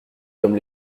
comme